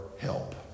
help